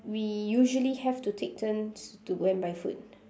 we usually have to take turns to go and buy food